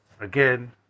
again